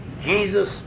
Jesus